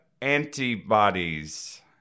antibodies